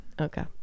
Okay